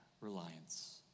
reliance